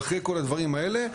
ואחרי כל הדברים האלה,